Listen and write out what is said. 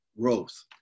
growth